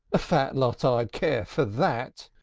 a fat lot i'd care for that.